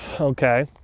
okay